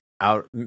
out